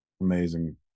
amazing